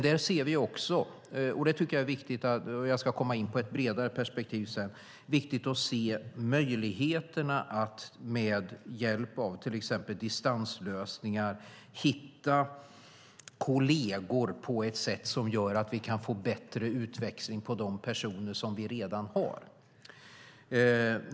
Där ser vi dock också - jag ska komma in på ett bredare perspektiv sedan - vikten av till exempel distanslösningar för att hitta kolleger. Det gör att vi kan få bättre utväxling av de personer som vi redan har.